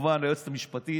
כמובן ליועצת המשפטית,